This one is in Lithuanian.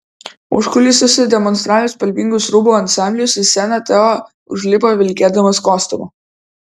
užkulisiuose demonstravęs spalvingus rūbų ansamblius į sceną teo užlipo vilkėdamas kostiumu